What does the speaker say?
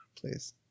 please